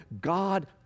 God